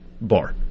bar